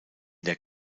der